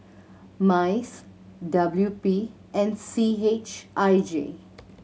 MICE W P and C H I J